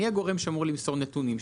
מי הגורם שאמור למסור נתונים,